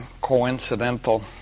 coincidental